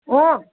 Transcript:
অ